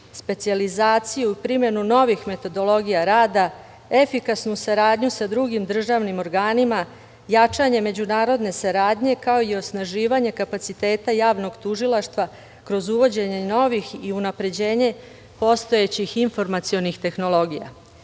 specijalizaciju i primenu novih metodologija rada, efikasnu saradnju sa drugim državnim organima, jačanje međunarodne saradnje, kao i osnaživanje kapaciteta javnog tužilaštva, kroz uvođenje novih i unapređenje postojećih informacionih tehnologija. Nastaviću